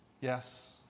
Yes